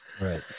Right